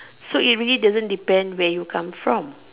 so it really doesn't depend where you come from